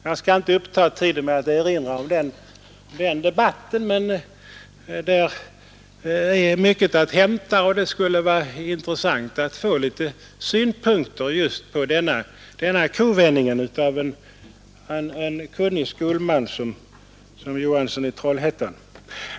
Jag skall inte uppta tiden med att erinra om den debatten, men där är mycket att hämta, och det skulle vara intressant att få höra litet synpunkter just på denna kovändning av en kunnig skolman som herr Johansson i Trollhättan.